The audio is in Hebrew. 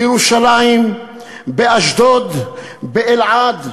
בירושלים, באשדוד, באלעד,